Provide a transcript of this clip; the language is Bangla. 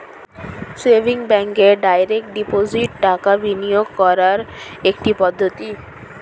সেভিংস ব্যাঙ্কে ডাইরেক্ট ডিপোজিট টাকা বিনিয়োগ করার একটি পদ্ধতি